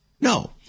No